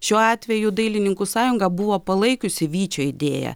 šiuo atveju dailininkų sąjunga buvo palaikiusi vyčio idėją